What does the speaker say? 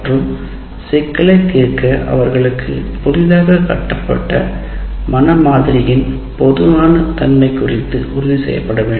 மற்றும் சிக்கலைத் தீர்க்க அவர்களின் புதிதாக கட்டப்பட்ட மன மாதிரியின் போதுமான தன்மை குறித்து உறுதி செய்ய வேண்டும்